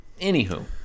Anywho